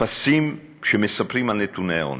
טפסים שמספרים על נתוני העוני.